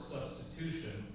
Substitution